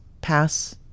pass